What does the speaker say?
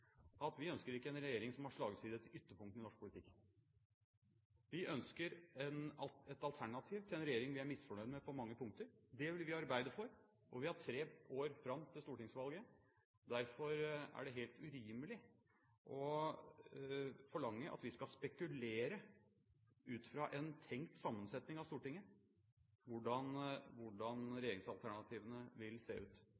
at vi ikke ønsker en regjering som har slagside til ytterpunktene i norsk politikk. Vi ønsker et alternativ til en regjering vi på mange punkter er misfornøyd med. Det vil vi arbeide for. Det er tre år fram til stortingsvalget. Derfor er det helt urimelig å forlange at vi ut fra en tenkt sammensetning av Stortinget skal spekulere om hvordan